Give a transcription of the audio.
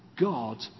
God